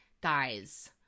guys